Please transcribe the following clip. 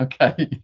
okay